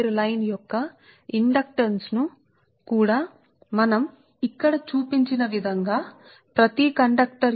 కాబట్టి ప్రతి కండక్టర్ యొక్క స్వీయ ఇండక్టెన్స్ పరంగా కూడా వ్యక్తీకరించవచ్చు మరియు అవి ఇక్కడ సూచించబడిన విధంగా పరస్పర ఇండక్టెన్స్